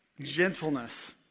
gentleness